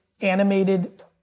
animated